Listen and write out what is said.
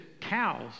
cows